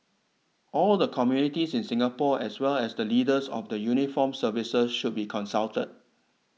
all the communities in Singapore as well as the leaders of the uniformed services should be consulted